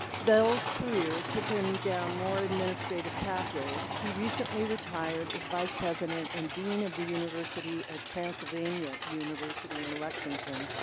bell's career took him down more administrative pathways. he recently retired as vice president and dean of the university at transylvania university in lexington.